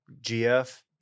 GF